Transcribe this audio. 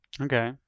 Okay